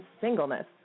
Singleness